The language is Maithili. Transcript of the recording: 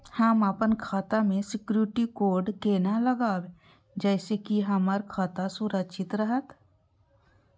हम अपन खाता में सिक्युरिटी कोड केना लगाव जैसे के हमर खाता सुरक्षित रहैत?